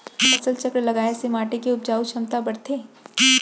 का फसल चक्र लगाय से माटी के उपजाऊ क्षमता बढ़थे?